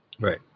Right